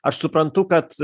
aš suprantu kad